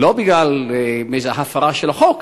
לא בגלל איזו הפרה של החוק,